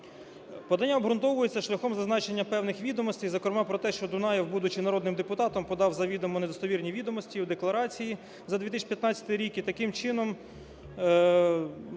Подання обґрунтовується шляхом зазначення певних відомостей, зокрема про те, що Дунаєв, будучи народним депутатом, подав завідомо недостовірні відомості у декларації за 2015 рік, і таким чином,